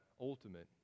ultimate